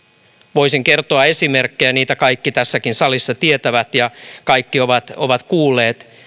voisin kertoa esimerkkejä niitä kaikki tässäkin salissa tietävät ja kaikki ovat ovat kuulleet että